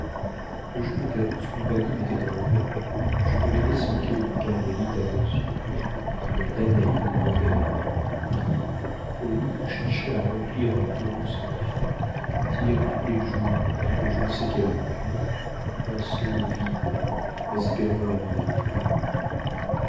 le jour où ta douce compagnie m'était enlevée je devenais ce qu'est une carmélite à nos yeux une danaïde moderne qui au lieu de chercher à remplir un tonneau sans fond tire tous les jours de je ne sais quel puits un seau vide espérant l'amener plein